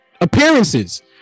appearances